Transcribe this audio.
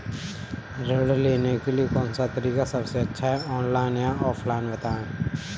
ऋण लेने के लिए कौन सा तरीका सबसे अच्छा है ऑनलाइन या ऑफलाइन बताएँ?